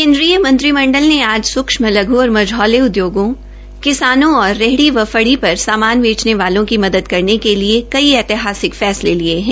केन्द्रीय मंत्रिमंडल ने आज सूक्षम लघ् और मझौले उद्योगों एमएसएमई किसानों रेहड़ी व फड़ी पर सामान बेचने वालों की मदद करने के लिए कई ऐतिहासिक फैस्ले लिये है